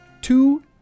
two